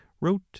wrote